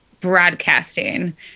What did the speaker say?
broadcasting